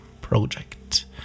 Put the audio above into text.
Project